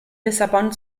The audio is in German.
lissabon